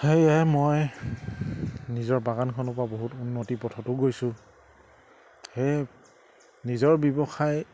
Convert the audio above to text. সেয়েহে মই নিজৰ বাগানখনৰ পৰা বহুত উন্নতি পথতো গৈছোঁ সেয়ে নিজৰ ব্যৱসায়